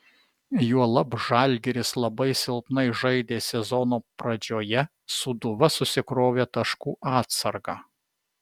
juolab žalgiris labai silpnai žaidė sezono pradžioje sūduva susikrovė taškų atsargą